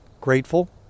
grateful